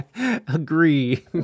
agree